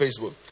Facebook